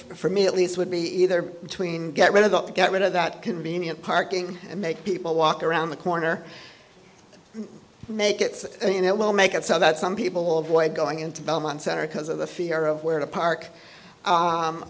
for me at least would be either between get rid of the get rid of that convenient parking make people walk around the corner make it you know make it so that some people will avoid going into belmont center because of the fear of where to park